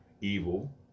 evil